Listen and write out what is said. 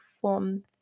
Form